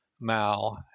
Mao